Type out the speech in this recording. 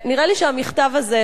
נראה לי שהמכתב הזה,